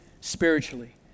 spiritually